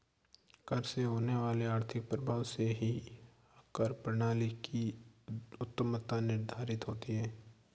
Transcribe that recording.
कर से होने वाले आर्थिक प्रभाव से ही कर प्रणाली की उत्तमत्ता निर्धारित होती है